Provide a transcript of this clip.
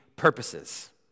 purposes